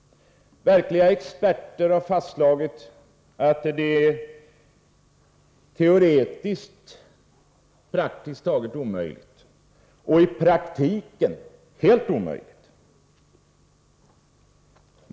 Verkliga experter har ju fastslagit att detta teoretiskt är så gott som omöjligt och i praktiken helt omöjligt.